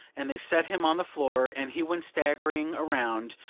and they set him on the floor, and he went staggering around,